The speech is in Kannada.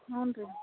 ಹ್ಞೂ ರೀ